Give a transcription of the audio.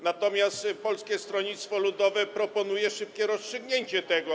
Natomiast Polskie Stronnictwo Ludowe proponuje szybkie rozstrzygnięcie tego.